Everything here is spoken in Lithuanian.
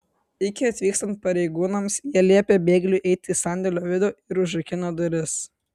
iki atvykstant pareigūnams jie liepė bėgliui eiti į sandėlio vidų ir užrakino duris